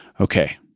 Okay